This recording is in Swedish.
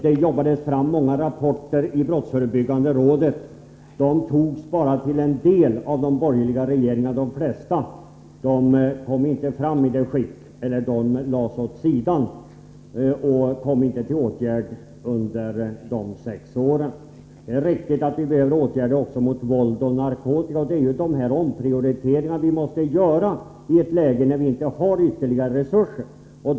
Det arbetades fram många rapporter i brottsförebyggande rådet. De antogs bara till en del av de borgerliga regeringarna; de flesta kom inte fram i ursprungligt skick eller lades åt sidan och ledde inte till åtgärder under de sex åren. Det är riktigt att vi behöver åtgärder också mot våld och narkotika, och det är ju dessa omprioriteringar som vi måste göra i ett läge där vi inte har ytterligare resurser.